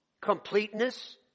completeness